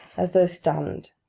as though stunned,